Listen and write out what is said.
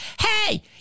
hey